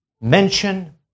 mention